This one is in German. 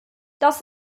das